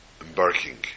embarking